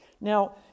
Now